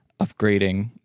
upgrading